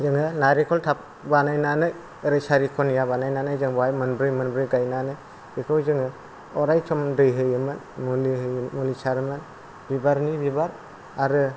जोङो नारिखल टाब बानायनानै ओरै सारि खनिया बानायनानै जों बावहाय मोनब्रै मोनब्रै गायनानै बेखौ जोङो अराय सम दै होयोमोन मुलि होयो मुलि सारोमोन बिबारनि बिबार आरो